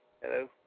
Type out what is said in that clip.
hello